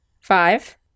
five